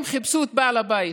הם חיפשו את בעל הבית,